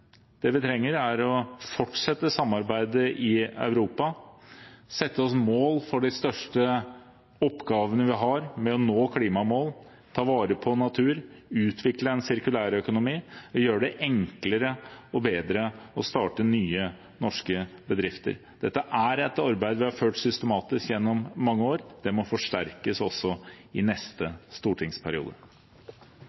Det vi trenger, er å fortsette samarbeidet i Europa og sette oss mål for de største oppgavene vi har – med å nå klimamål, ta vare på natur, utvikle en sirkulærøkonomi og gjøre det enklere og bedre å starte nye norske bedrifter. Dette er et arbeid vi har ført systematisk gjennom mange år. Det må forsterkes også i neste